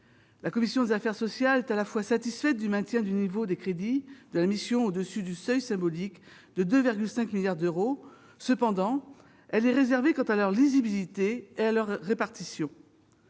La commission des affaires sociales est à la fois satisfaite du maintien du niveau des crédits de la mission au-dessus du seuil symbolique de 2,5 milliards d'euros, et réservée sur la lisibilité et la répartition